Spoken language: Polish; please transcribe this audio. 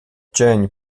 cień